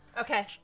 Okay